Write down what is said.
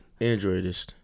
Androidist